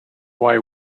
why